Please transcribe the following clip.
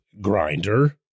grinder